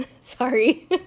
Sorry